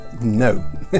no